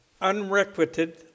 unrequited